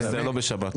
לא בשבת.